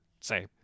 say